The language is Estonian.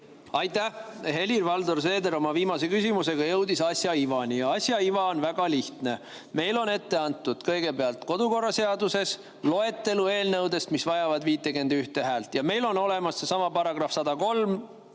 Aitäh! Helir-Valdor Seeder oma viimase küsimusega jõudis asja ivani ja asja iva on väga lihtne. Meile on ette antud kodukorraseaduses loetelu eelnõudest, mis vajavad 51 häält, ja meil on olemas põhiseaduse § 103